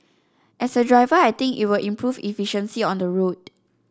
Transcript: as a driver I think it will improve efficiency on the road